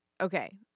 okay